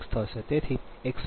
12 0